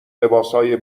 لباسهای